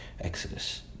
exodus